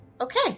Okay